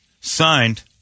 Signed